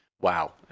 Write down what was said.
wow